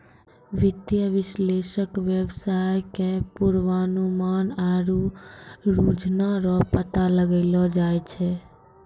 वित्तीय विश्लेषक वेवसाय के पूर्वानुमान आरु रुझान रो पता लगैलो जाय छै